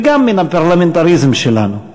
וגם מן הפרלמנטריזם שלנו.